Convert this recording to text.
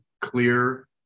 clear